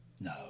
No